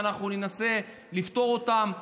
אנחנו ננסה לפתור אותן.